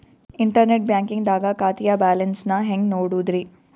Internet banking ದಾಗ ಖಾತೆಯ balance ನ ಹೆಂಗ್ ನೋಡುದ್ರಿ?